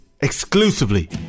exclusively